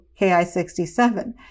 Ki67